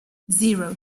zero